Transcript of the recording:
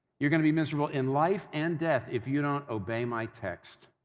you're going to be miserable in life and death if you don't obey my text.